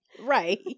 right